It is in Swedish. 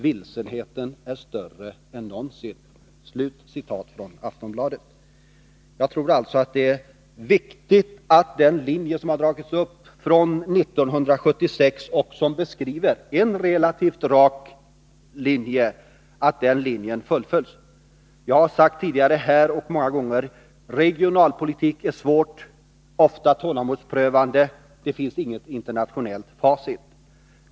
Vilsenheten är nu större än någonsin.” Det är alltså viktigt att den linje som dragits upp sedan 1976, en relativt rak linje, fullföljs. Jag har sagt många gånger tidigare här att regionalpolitik är svår, ofta tålamodsprövande. Det finns inget internationellt facit.